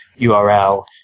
URL